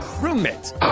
roommates